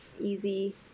easy